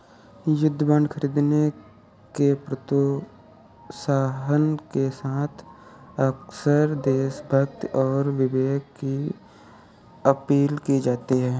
युद्ध बांड खरीदने के प्रोत्साहन के साथ अक्सर देशभक्ति और विवेक की अपील की जाती है